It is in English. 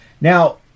Now